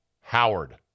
Howard